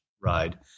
ride